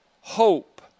hope